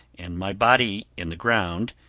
and my body in the ground.